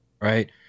right